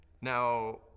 now